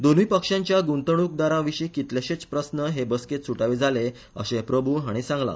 दोनूय पक्षाच्या गुंवतणूकदारा विशी कितलेशेच प्रस्न हे बसकेत सुटावे जाले अशे प्रभू हाणी सांगला